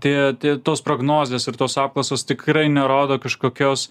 tie tie tos prognozės ir tos apklausos tikrai nerodo kažkokios